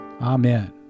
Amen